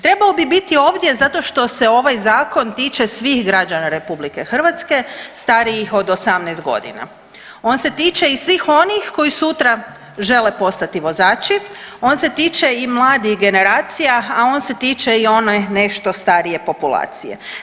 Trebao bi biti ovdje zato što se ovaj zakon tiče svih građana RH starijih od 18.g., on se tiče i svih onih koji sutra žele postati vozači, on se tiče i mladih generacija, a on se tiče i one nešto starije populacije.